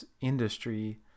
industry